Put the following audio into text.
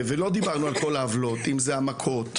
ולא דיברנו על כל העוולות, אם זה המכות.